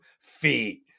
feet